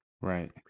Right